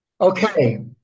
Okay